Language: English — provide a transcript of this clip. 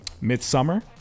Midsummer